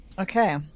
Okay